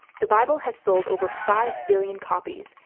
the bible has sold over five billion copies,